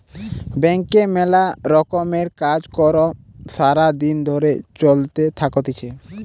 ব্যাংকে মেলা রকমের কাজ কর্ সারা দিন ধরে চলতে থাকতিছে